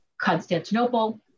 Constantinople